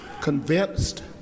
convinced